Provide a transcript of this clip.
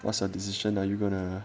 what's your decision are you gonna